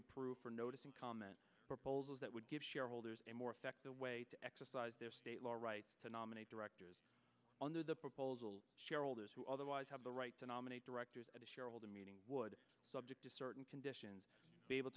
approve or notice comment proposals that would give shareholders a more effective way to exercise their state law write to nominate directors under the proposal shareholders who otherwise have the right to nominate directors at a shareholder meeting would subject to certain conditions be able